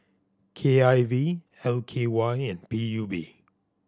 K I V L K Y and P U B